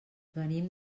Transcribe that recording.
venim